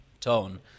tone